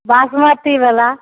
बासमतीवला